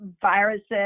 viruses